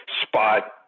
spot